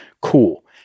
Cool